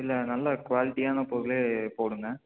இல்லை நல்ல குவாலிட்டியான பொருள் போடுங்க